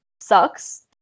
sucks